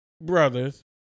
brothers